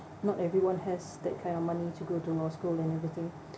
not everyone has that kind of money to go to law school and everything